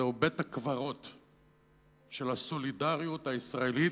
זהו בית-הקברות של הסולידריות הישראלית